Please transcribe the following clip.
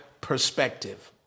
perspective